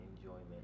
enjoyment